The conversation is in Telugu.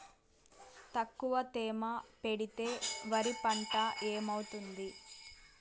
తక్కువ తేమ పెడితే వరి పంట ఏమవుతుంది